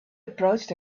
approached